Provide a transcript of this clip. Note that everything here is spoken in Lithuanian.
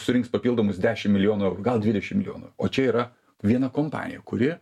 surinks papildomus dešim milijonų gal dvidešim milijonų o čia yra viena kompanija kuri